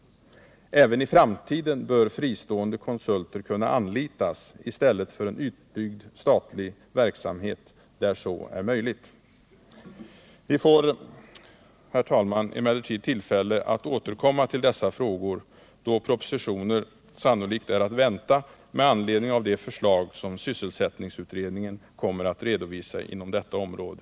Även i framtiden bör, där så är möjligt, fristående konsulter kunna anlitas i stället för en utbyggd statlig verksamhet. Herr talman! Vi får tillfälle att återkomma till dessa frågor, då propositioner sannolikt är att vänta med anledning av de förslag som sys selsättningsutredningen inom kort kommer att redovisa inom detta område.